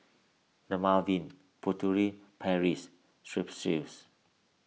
Dermaveen Furtere Paris Strepsils